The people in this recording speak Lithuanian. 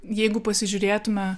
jeigu pasižiūrėtume